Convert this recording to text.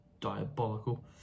diabolical